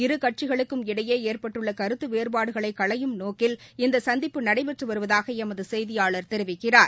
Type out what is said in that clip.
இரு கட்சிகளுக்கும் இடையே ஏற்பட்டுள்ள கருத்து வேறபாடுகளை களையும் நோக்கில் இந்த சந்திப்பு நடைபெற்று வருவதாக எமது செய்தியாளர் தெரிவிக்கிறார்